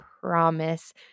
promise